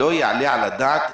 הדבר הזה לא יעלה על הדעת.